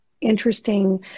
interesting